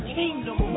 kingdom